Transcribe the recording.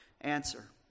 Answer